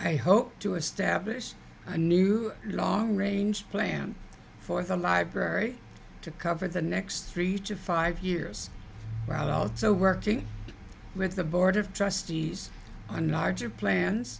i hope to establish a new long range plan for the library to cover the next three to five years while also working with the board of trustees on larger plans